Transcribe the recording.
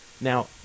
Now